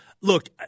Look